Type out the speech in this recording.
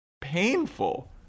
painful